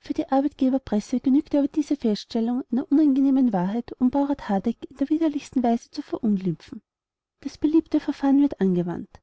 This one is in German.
für die arbeitgeberpresse genügte aber diese feststellung einer unangenehmen wahrheit um baurat hardegg in der widerlichsten weise zu verunglimpfen das beliebte verfahren wird angewandt